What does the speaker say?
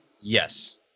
Yes